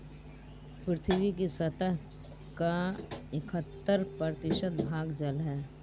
पृथ्वी की सतह का इकहत्तर प्रतिशत भाग जल है